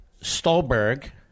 Stolberg